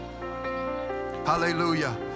Hallelujah